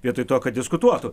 vietoj to kad diskutuotų